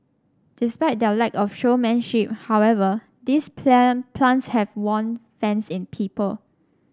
despite their lack of showmanship however these plan plants have won fans in people